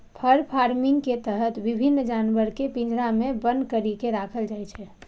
फर farming के तहत विभिन्न जानवर कें पिंजरा मे बन्न करि के राखल जाइ छै